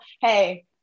hey